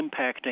impacting